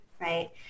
right